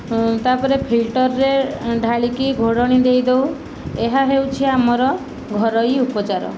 ତା'ପରେ ଫିଲ୍ଟର୍ରେ ଢାଳିକି ଘୋଡ଼ଣି ଦେଇ ଦେଉ ଏହା ହେଉଛି ଆମର ଘରୋଇ ଉପଚାର